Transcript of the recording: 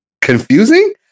confusing